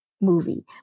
movie